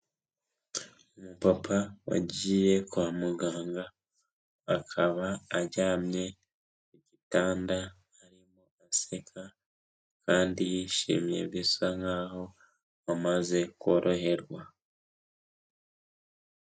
Umupapa wagiye kwa muganga akaba aryamye ku gitanda, arimo aseka kandi yishimye bisa nkaho amaze koroherwa.